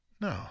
No